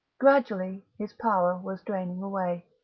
gradually his power was draining away.